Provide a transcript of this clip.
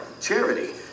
Charity